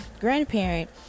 grandparent